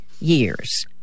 years